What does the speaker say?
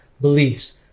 beliefs